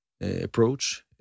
approach